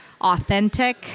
Authentic